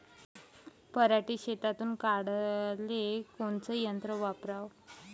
पराटी शेतातुन काढाले कोनचं यंत्र वापराव?